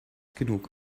genug